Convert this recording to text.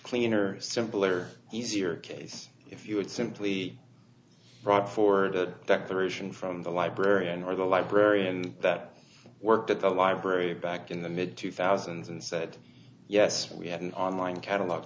cleaner simpler easier case if you would simply brought forward a declaration from the librarian or the librarian that worked at the library back in the mid two thousand and said yes we had an online catalog